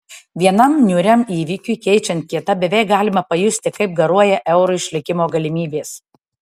vienam niūriam įvykiui keičiant kitą beveik galima pajusti kaip garuoja euro išlikimo galimybės